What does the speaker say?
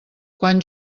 quan